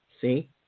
see